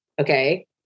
Okay